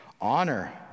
Honor